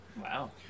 Wow